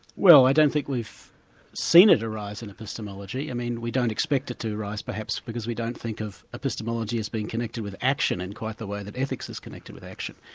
well, i don't think we've seen it arise in epistemology. i mean we don't expect it to arise perhaps, because we don't think of epistemology as being connected with action in quite the way ethics is connected with action.